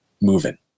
moving